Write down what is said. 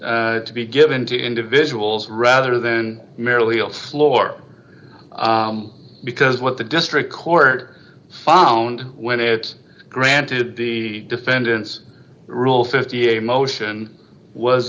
to be given to individuals rather than merely else lore because what the district court found when it granted the defendants rule fifty a motion was